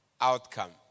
outcome